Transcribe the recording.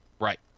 Right